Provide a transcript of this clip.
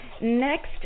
next